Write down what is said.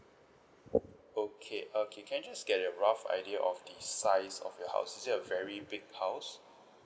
okay okay can I just get a rough idea of the size of your house is it a very big house